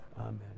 Amen